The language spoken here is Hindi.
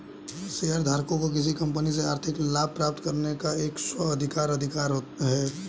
शेयरधारकों को किसी कंपनी से आर्थिक लाभ प्राप्त करने का एक स्व अधिकार अधिकार है